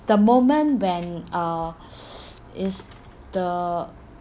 the moment when uh it's the